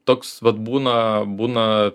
toks vat būna būna